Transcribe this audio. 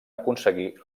aconseguir